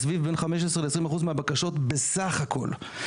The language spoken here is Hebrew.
זה סביב 15-20 אחוז מהבקשות בסך הכל.